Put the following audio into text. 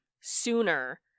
sooner